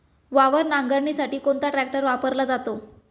वावर नांगरणीसाठी कोणता ट्रॅक्टर वापरला जातो?